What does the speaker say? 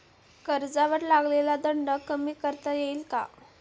कर्जावर लागलेला दंड कमी करता येईल का?